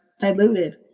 diluted